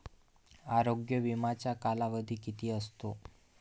आरोग्य विम्याचा कालावधी किती असतो?